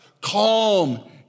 calm